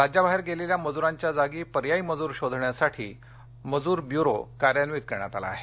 राज्याबाहेर गेलेल्या मजूरांच्या जागी पर्यायी मजूर शोधण्यासाठी मजूर ब्युरो कार्यान्वित करण्यात आला आहे